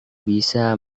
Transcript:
bisa